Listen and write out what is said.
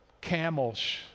Camels